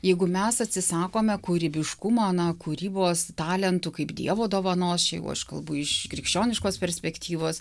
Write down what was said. jeigu mes atsisakome kūrybiškumo na kūrybos talentų kaip dievo dovanos čia jau aš kalbu iš krikščioniškos perspektyvos